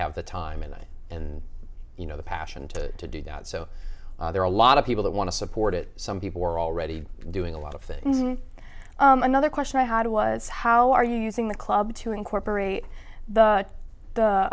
have the time in it and you know the passion to to do that so there are a lot of people that want to support it some people were already doing a lot of things another question i had was how are you using the club to incorporate but the